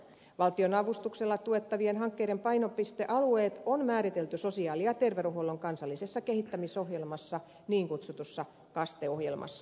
valtionavustuksella tuettavien hankkeiden painopistealueet on määritelty sosiaali ja terveydenhuollon kansallisessa kehittämisohjelmassa niin kutsutussa kaste ohjelmassa